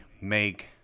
make